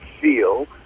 feel